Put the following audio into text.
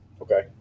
Okay